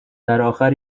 درآخر